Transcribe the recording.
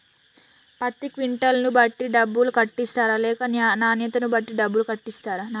పత్తి క్వింటాల్ ను బట్టి డబ్బులు కట్టిస్తరా లేక నాణ్యతను బట్టి డబ్బులు కట్టిస్తారా?